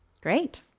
Great